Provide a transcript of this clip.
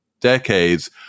decades